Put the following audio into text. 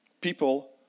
People